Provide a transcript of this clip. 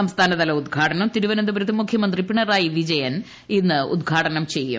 സംസ്ഥാനതല ഉദ്ഘാടനം തിരുവനന്തപുരത്ത് മൂഖ്യമന്ത്രി പിണറായി വിജയൻ ഇന്ന് നിർവ്വഹിക്കും